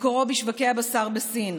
מקורו בשווקי הבשר בסין.